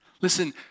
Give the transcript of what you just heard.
Listen